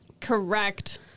Correct